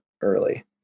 early